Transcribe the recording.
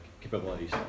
capabilities